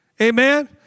amen